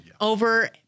over